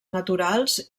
naturals